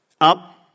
up